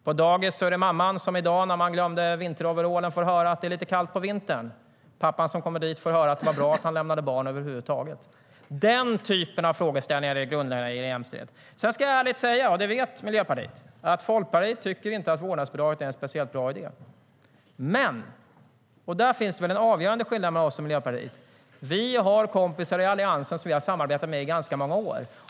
På dagis är det mamman som när hon glömmer vinteroverallen får höra att det är lite kallt på vintern. Pappan som kommer dit får höra att det var bra att han lämnade barn över huvud taget. Den typen av frågeställningar är grundläggande när det gäller jämställdhet. Sedan ska jag ärligt säga, och det vet Miljöpartiet, att Folkpartiet inte tycker att vårdnadsbidraget är en speciellt bra idé. Men, och där finns en avgörande skillnad mellan oss och Miljöpartiet, vi har kompisar i Alliansen som vi har samarbetat med i ganska många år.